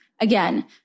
Again